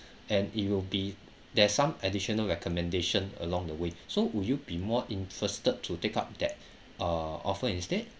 and it will be there's some additional recommendation along the way so would you be more interested to take up that uh offer instead